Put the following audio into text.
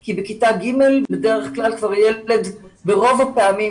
כי בכיתה ג' בדרך כלל ילד כבר ברוב הפעמים,